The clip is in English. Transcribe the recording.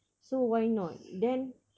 so why not then